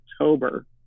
October